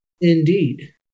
Indeed